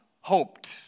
hoped